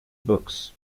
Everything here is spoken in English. books